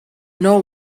know